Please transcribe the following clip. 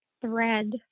thread